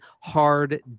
hard